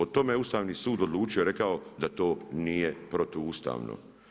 O tome je Ustavni sud odlučio i rekao da to nije protuustavno.